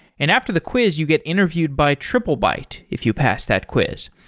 and after the quiz, you get interviewed by triplebyte if you pass that quiz.